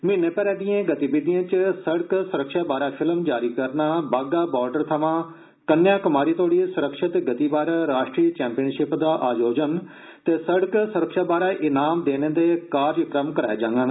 म्हीनें भरै दिएं गतिविधिएं च सडक सुरक्षा बारै फिल्म जारी करना बागा बार्डर थ्वा कन्याक्मारी तोडी सुरक्षित गति बारै राष्ट्रीय चैम्पियनशिप दा आयोजन ते सड़क सुरक्षा बारै इनाम देने दे कारजकर्म कराए जाड़न